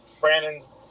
Brandon's